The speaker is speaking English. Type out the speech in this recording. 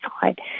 side